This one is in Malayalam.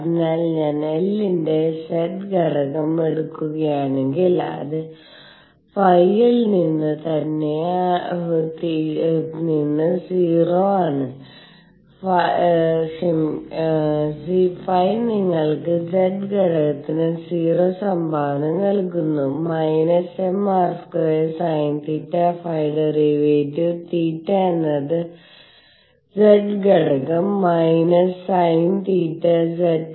അതിനാൽ ഞാൻ L ന്റെ z ഘടകം എടുക്കുകയാണെങ്കിൽ അത് ϕ ൽ നിന്ന് 0 ആണ് ϕ നിങ്ങൾക്ക് z ഘടകത്തിന് 0 സംഭാവന നൽകുന്നു −mr2 sinθ ϕ˙ θ എന്നത് z ഘടകം −sin θ z